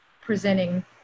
presenting